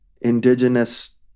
indigenous